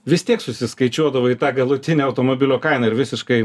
vis tiek susiskaičiuodavo į tą galutinę automobilio kainą ir visiškai